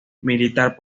militar